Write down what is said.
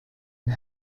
and